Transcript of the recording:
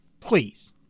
Please